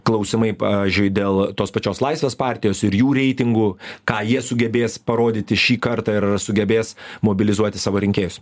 klausimai pavyzdžiui dėl tos pačios laisvės partijos ir jų reitingų ką jie sugebės parodyti šį kartą ir ar sugebės mobilizuoti savo rinkėjus